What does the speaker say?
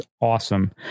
awesome